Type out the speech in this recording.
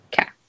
Okay